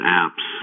apps